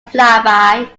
flyby